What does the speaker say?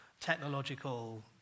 technological